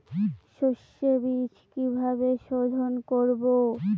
সর্ষে বিজ কিভাবে সোধোন করব?